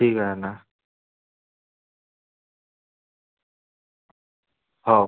ठीक आहे ना हो